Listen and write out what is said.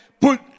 put